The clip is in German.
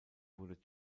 wurde